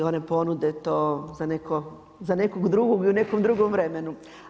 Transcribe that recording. One ponude to za nekog drugog i u nekom drugom vremenu.